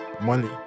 money